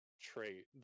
trait